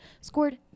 scored